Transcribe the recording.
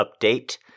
update